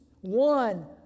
one